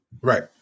Right